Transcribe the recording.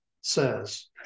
says